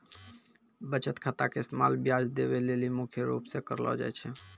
बचत खाता के इस्तेमाल ब्याज देवै लेली मुख्य रूप से करलो जाय छै